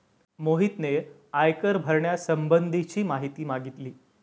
मोहितने आयकर भरण्यासंबंधीची माहिती मागितली